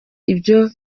ibyo